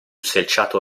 selciato